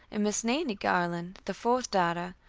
and miss nannie garland, the fourth daughter,